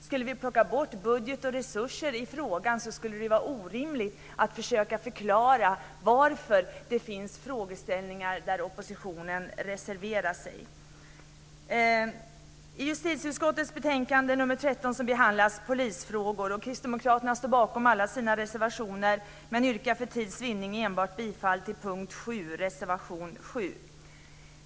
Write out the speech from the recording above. Skulle vi plocka bort budget och resursfrågor skulle det vara orimligt att försöka förklara varför det finns frågeställningar där oppositionen reserverar sig. I justitieutskottets betänkande nr 13 behandlas polisfrågor. Kristdemokraterna står bakom alla sina reservationer, men yrkar för tids vinnande bifall enbart till reservation 7, punkt 7.